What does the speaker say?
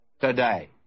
today